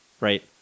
right